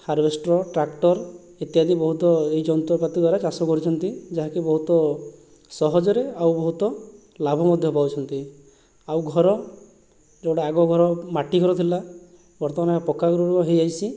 harvester tractor ଇତ୍ୟାଦି ବହୁତ ଏଇ ଯନ୍ତ୍ରପାତି ଦ୍ଵାରା ଚାଷ କରୁଛନ୍ତି ଯାହା କି ବହୁତ ସହଜରେ ଆଉ ବହୁତ ଲାଭ ମଧ୍ୟ ପାଉଛନ୍ତି ଆଉ ଘର ଯେଉଁଟା ଆଗ ଘର ମାଟି ଘର ଥିଲା ବର୍ତ୍ତମାନ ପକ୍କାଘର ହେଇ ଯାଇସି